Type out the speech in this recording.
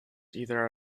either